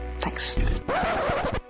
Thanks